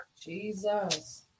Jesus